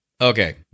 okay